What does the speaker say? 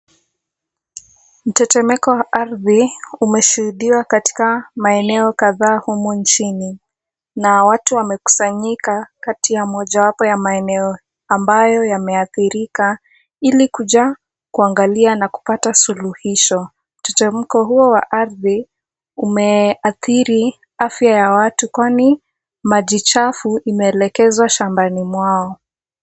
Mtetemeko wa ardhi umeshuhudiwa katika maeneo kadhaa humu nchini. Na watu wamekusanyika kati ya mojawapo ya maeneo ambayo yameathirika ili kuja kuangalia na kupata suluhisho. Mtetemeko huo wa ardhi umeathiri afya ya watu kwani maji chafu imeelekezwa shambani mwao.